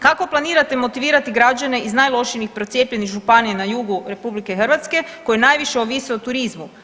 Kako planirate motivirati građane iz najlošije procijepljenih županija na jugu RH koji najviše ovise o turizmu?